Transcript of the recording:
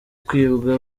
kwibwa